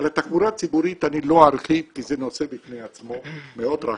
על התחבורה הציבורית אני לא ארחיב כי זה נושא בפני עצמו מאוד רחב,